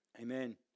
Amen